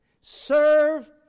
Serve